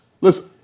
Listen